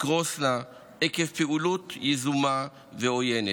תקרוסנה עקב פעילות יזומה ועוינת,